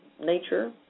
nature